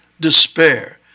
despair